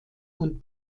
und